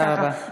תודה רבה.